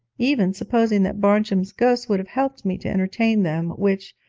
even supposing that barnjum's ghost would have helped me to entertain them, which,